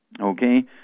Okay